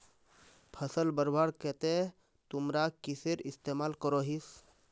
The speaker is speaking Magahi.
फसल बढ़वार केते तुमरा किसेर इस्तेमाल करोहिस?